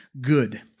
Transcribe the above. good